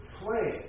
play